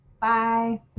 Bye